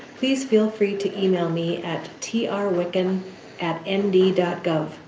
please feel free to email me at t r wicken at n d dot gov.